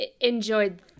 Enjoyed